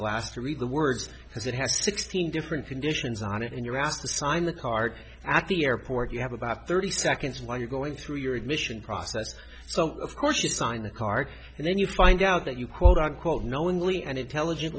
glass to read the words because it has sixteen different conditions on it and you're asked to sign the card at the airport you have about thirty seconds while you're going through your admission process so of course you sign the card and then you find out that you quote unquote knowingly and intelligent